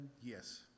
Yes